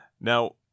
Now